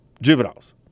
juveniles